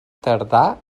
tardà